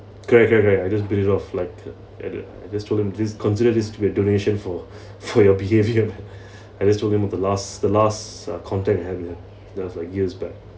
correct correct correct I just beat it off like I ju~ I just told him please consider this to be a donation for for your behaviour I just told him off the last the last uh contact we had that was like years back